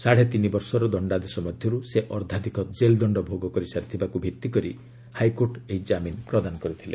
ସାଢ଼େ ତିନି ବର୍ଷର ଦଶ୍ଚାଦେଶ ମଧ୍ୟର୍ ସେ ଅର୍ଦ୍ଧାଧିକ ଜେଲ ଦଶ୍ଚ ଭୋଗ କରିସାରିଥିବାକୁ ଭିତ୍ତି କରି ହାଇକୋର୍ଟ ଏହି ଜାମିନ ପ୍ରଦାନ କରିଥିଲେ